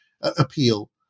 appeal